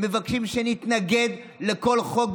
הם מבקשים שנתנגד לכל חוק,